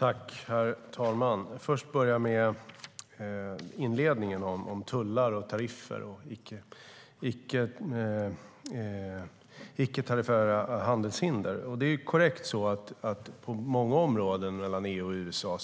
Herr talman! Jag vill börja med inledningen om tullar, tariffer och icke-tariffära handelshinder. Det är korrekt att tullarna är ganska låga på många områden mellan EU och USA,